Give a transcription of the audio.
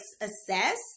assess